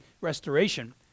restoration